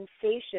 sensation